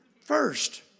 First